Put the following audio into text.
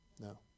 No